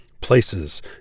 places